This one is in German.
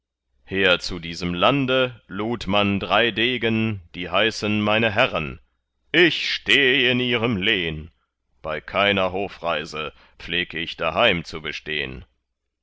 her zu diesem lande lud man drei degen die heißen meine herren ich steh in ihrem lehn bei keiner hofreise pfleg ich daheim zu bestehn